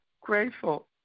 grateful